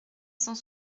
cent